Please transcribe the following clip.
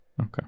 Okay